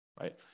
right